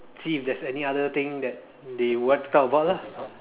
see if there's any other thing that they want to talk about lah